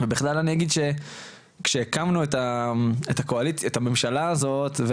ובכלל אני אגיד שכשהקמנו את הממשלה הזאת,